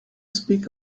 speak